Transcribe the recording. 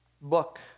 book